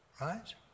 right